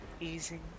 easing